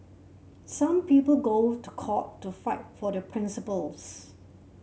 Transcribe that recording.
some people go to court to fight for their principles